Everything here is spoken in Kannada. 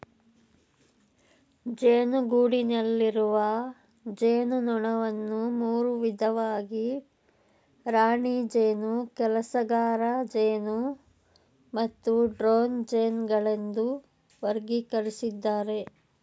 ಜೇನುಗೂಡಿನಲ್ಲಿರುವ ಜೇನುನೊಣವನ್ನು ಮೂರು ವಿಧವಾಗಿ ರಾಣಿ ಜೇನು ಕೆಲಸಗಾರಜೇನು ಮತ್ತು ಡ್ರೋನ್ ಜೇನುಗಳೆಂದು ವರ್ಗಕರಿಸಿದ್ದಾರೆ